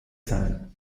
sein